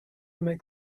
make